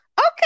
okay